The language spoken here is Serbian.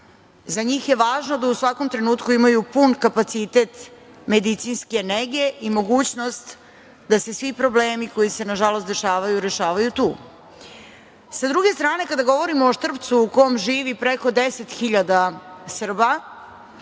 Za njih je važno da u svakom trenutku imaju pun kapacitet medicinske nege i mogućnost da se svi problemi koji se, nažalost dešavaju rešavaju tu. Sa druge strane, kada govorimo o Štrpcu u kom živi preko 10.000 Srba,